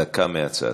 דקה מהצד.